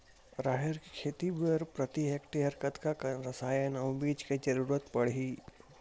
राहेर के खेती बर प्रति हेक्टेयर कतका कन रसायन अउ बीज के जरूरत पड़ही?